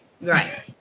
Right